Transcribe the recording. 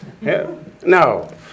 No